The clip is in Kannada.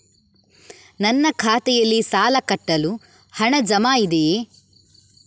ನನ್ನ ಖಾತೆಯಲ್ಲಿ ಸಾಲ ಕಟ್ಟಲು ಹಣ ಜಮಾ ಇದೆಯೇ?